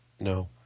No